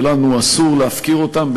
ולנו אסור להפקיר אותם,